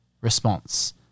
response